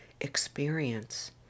experience